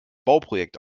bauprojekt